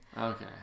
Okay